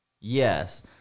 Yes